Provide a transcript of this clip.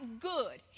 good